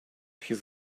his